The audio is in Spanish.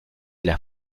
las